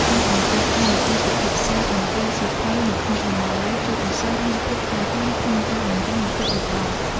ការបង្កើតកម្មវិធីពិភាក្សាអំពីសៀវភៅនៅក្នុងបណ្ណាល័យ ជួយឱ្យសិស្សមានភាពក្លាហានក្នុងការបញ្ចេញមតិយោបល់។